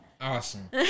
Awesome